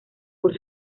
por